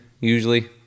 usually